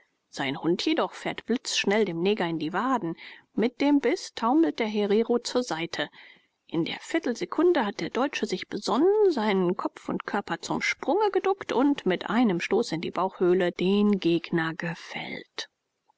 sein hund jedoch fährt blitzschnell dem neger in die waden bei dem biß taumelt der herero zur seite in der viertelsekunde hat der deutsche sich besonnen seinen kopf und körper zum sprunge geduckt und mit einem stoß in die bauchhöhle den gegner gefällt